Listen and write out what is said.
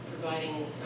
providing